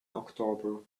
october